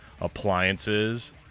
appliances